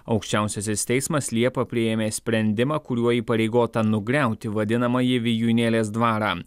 aukščiausiasis teismas liepą priėmė sprendimą kuriuo įpareigota nugriauti vadinamąjį vijūnėlės dvarą